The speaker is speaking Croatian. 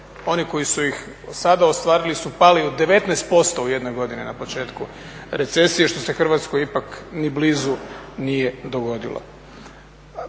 Oni koji su ih sada ostvarili su pali u 19% u jednoj godini na početku recesije, što se Hrvatskoj ipak nije ni blizu dogodilo.